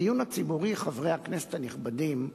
הדיון הציבורי, חברי הכנסת הנכבדים,